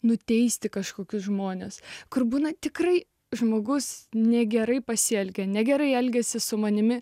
nuteisti kažkokius žmones kur būna tikrai žmogus negerai pasielgė negerai elgiasi su manimi